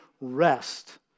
rest